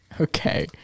Okay